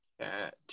Cat